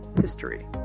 history